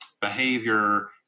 behavior